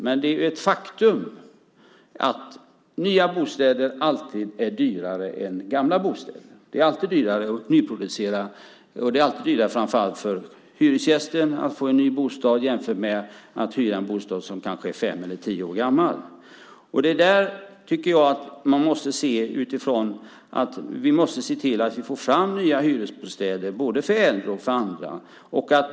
Men det är ett faktum att nya bostäder alltid är dyrare än gamla bostäder. Det är alltid dyrare att nyproducera, och det är framför allt alltid dyrare för hyresgästen att få en ny bostad jämfört med att hyra en bostad som kanske är fem eller tio år gammal. Vi måste se till att få fram nya hyresbostäder för både äldre och andra.